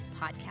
podcast